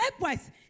likewise